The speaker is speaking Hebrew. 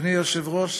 אדוני היושב-ראש,